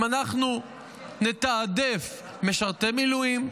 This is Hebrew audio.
אם אנחנו נתעדף משרתי מילואים,